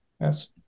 Yes